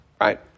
right